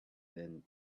been